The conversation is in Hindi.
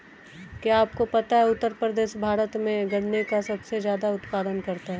क्या आपको पता है उत्तर प्रदेश भारत में गन्ने का सबसे ज़्यादा उत्पादन करता है?